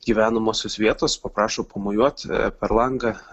gyvenamosios vietos paprašo pamojuot per langą